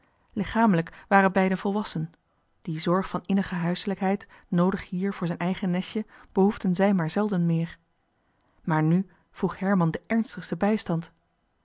lichamelijk waren beiden volwassen die zorg van innige huiselijkheid noodig hier voor zijn eigen nestje behoefden zij maar zelden meer maar nu vroeg herman den ernstigsten bijstand